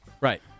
Right